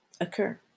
occur